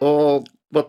o vat